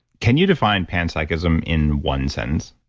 can you define panpsychism in one sentence?